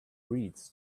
reeds